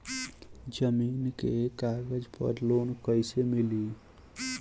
जमीन के कागज पर लोन कइसे मिली?